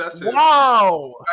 Wow